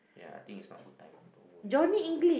yeah I think it's not good time to movie for me now